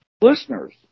listeners